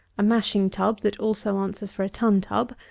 a mashing-tub, that also answers for a tun-tub,